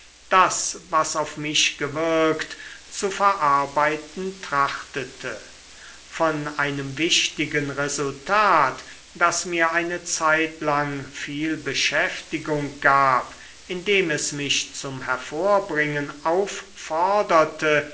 das was auf mich gewirkt zu verarbeiten trachtete von einem wichtigen resultat das mir eine zeitlang viel beschäftigung gab indem es mich zum hervorbringen aufforderte